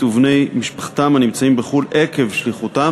ובני משפחותיהם הנמצאים בחו"ל עקב שליחותם